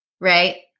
right